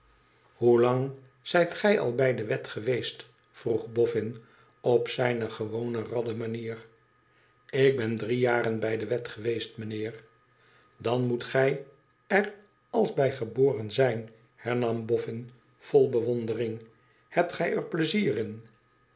hoelang zijt gij al bij de wet geweest vroeg boffin op zijne gewone ladde manier ik ben drie jaren bij de wet geweest mijnheer dan moet gij er als bij geboren zijn hernam boffin vol bewonde ring hebt gij er pleizier in